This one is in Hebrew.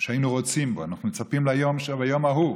שהיינו רוצים בו, אנחנו מצפים ליום ההוא